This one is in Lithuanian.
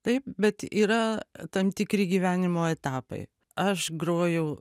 taip bet yra tam tikri gyvenimo etapai aš grojau